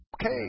Okay